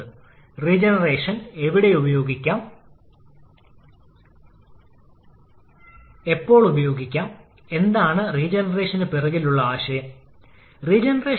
back work ratio പ്രതിനിധീകരിക്കുന്നു എഴുതിയത് പലപ്പോഴും വർക്ക് റേഷ്യോ എന്നറിയപ്പെടുന്നു